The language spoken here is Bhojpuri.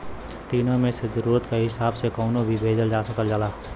तीनो मे से जरुरत क हिसाब से कउनो भी भेजल जा सकल जाला